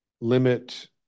limit